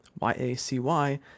YACY